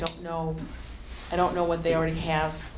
don't know i don't know what they already have